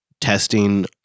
testing